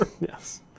Yes